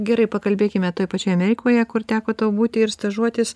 gerai pakalbėkime toj pačioj amerikoje kur teko tau būti ir stažuotis